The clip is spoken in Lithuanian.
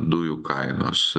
dujų kainos